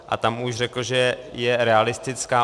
A tam už řekl, že je realistická.